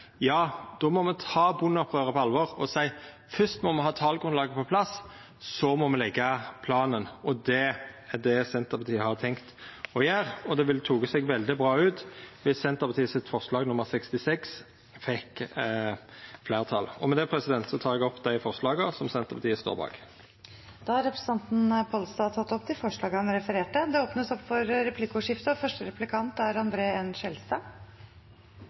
må me ta bondeopprøret på alvor og seia: Først må me ha talgrunnlaget på plass, så må me leggja planen. Det er det Senterpartiet har tenkt å gjera. Det ville teke seg veldig bra ut viss Senterpartiets forslag nr. 66 fekk fleirtal. Med det tek eg opp forslaga som Senterpartiet står aleine om, og dei forslaga me har saman med SV. Da har representanten Geir Pollestad tatt opp de forslag han refererte til. Det blir replikkordskifte. Det var for